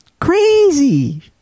Crazy